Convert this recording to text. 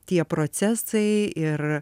tie procesai ir